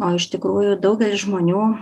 o iš tikrųjų daugelis žmonių